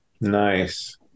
Nice